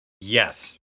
yes